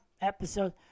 episode